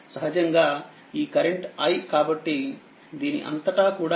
కాబట్టి సహజంగా ఈ కరెంట్ i కాబట్టి దీని అంతటా కూడా వోల్టేజ్ v ఉంటుంది